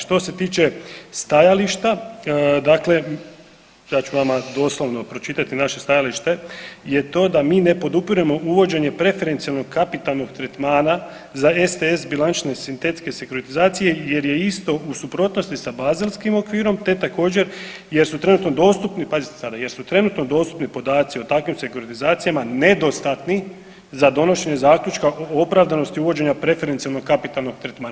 Što se tiče stajališta, dakle ja ću vama doslovno pročitati naše stajalište je to da mi ne podupiremo uvođenje preferencijalnog kapitalnog tretmana za STS bilančne sintetske sekuritizacije, jer je isto u suprotnosti sa bazelskim okvirom, te također, jer su trenutno dostupni, pazite sada jer su trenutno dostupni podaci o takvim sekuritizacijama nedostatni za donošenje zaključka o opravdanosti uvođenja preferencijalnog kapitalnog tretmana.